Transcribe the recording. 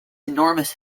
enormous